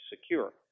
secure